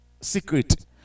secret